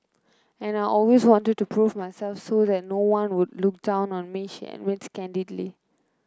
and I always wanted to prove myself so that no one would look down on me she admits candidly